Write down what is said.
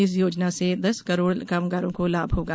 इस योजना से दस करोड़ कामगारों को लाभ होगा